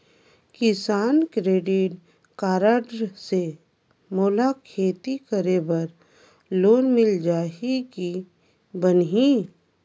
किसान credit card से मोला खेती करे बर लोन मिल जाहि की बनही??